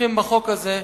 שכרוכים בחוק הזה,